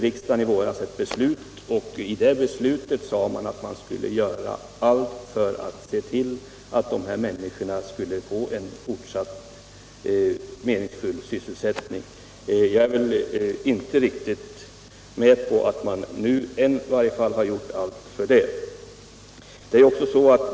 Riksdagen tog i våras ett beslut, där det sades att man skulle göra allt för att se till att de anställda skulle få en fortsatt meningsfull sysselsättning. Jag tycker I 88 inte riktigt att man ännu har gjort allt för att åstadkomma det.